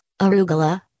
arugula